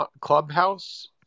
Clubhouse